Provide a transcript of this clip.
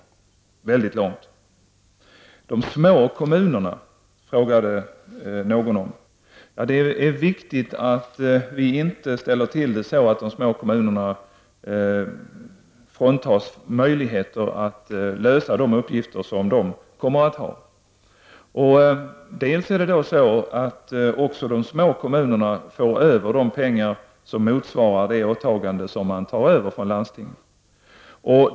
Någon ställde en fråga om de små kommunerna. Det är viktigt att vi inte ställer till det så att de små kommunerna fråntas möjligheten att lösa sina uppgifter. De små kommunerna kommer att föra över de pengar som motsvarar de åtaganden de tar över från landstinget.